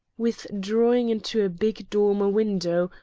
withdrawing into a big dormer window,